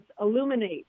Illuminate